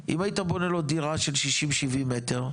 אם היית בונה לו דירה של 60-70 מטר,